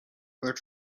but